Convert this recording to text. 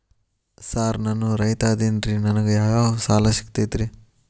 Sir ನಾನು ರೈತ ಅದೆನ್ರಿ ನನಗ ಯಾವ್ ಯಾವ್ ಸಾಲಾ ಸಿಗ್ತೈತ್ರಿ?